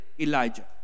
Elijah